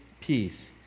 peace